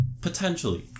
potentially